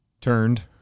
turned